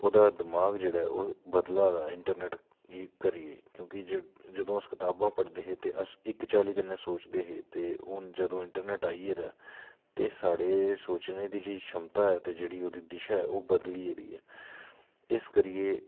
ओह्दा दमाक जेह्ड़ा ऐ ओह् बदला दा ऐ इंटरनैट्ट गी करियै क्योंकि जदूं अस कताबां पढ़दे हे ते अस इक चाल्ली कन्नै सोचदे हे ते हून जदूं इंटरनैट्ट आई गेदा ऐ ते साढ़े सोचने दी जेह्ड़ी क्षमता दी ते जेह्ड़ी ओह्दी दिशा ऐ ओह् बदली गेदी ऐ इस करियै